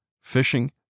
fishing